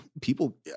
people